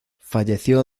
falleció